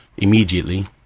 immediately